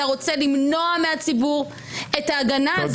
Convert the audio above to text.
אתה רוצה למנוע מהציבור את ההגנה הזאת.